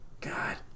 God